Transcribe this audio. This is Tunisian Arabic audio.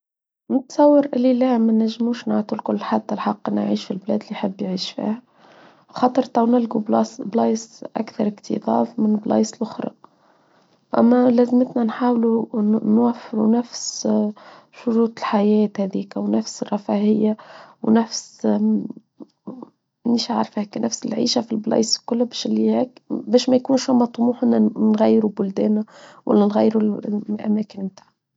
نتصور قليلا ما نجموش نعطو لكل حتى الحق نعيش في البلاد اللي حبي عيش فيها خاطر تاون نلقو بلايس أكثر اكتظاف من بلايس الأخرى أما لازمتنا نحاولوا نوحلوا نفس شروط الحياة هذيك ونفس الرفاهية ونفس مش عارفه هيكا نفس العيشة في البلايس الكلة باش ما يكون شو ما طموحنا نغيروا بلدنا ولا نغيروا أماكننا.